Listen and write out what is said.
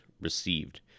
received